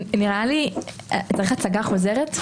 צריך הצגה חוזרת?